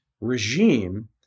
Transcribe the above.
regime